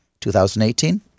2018